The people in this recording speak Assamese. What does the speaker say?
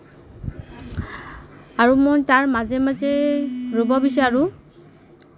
আৰু মই তাৰ মাজে মাজে ৰুব বিচাৰোঁ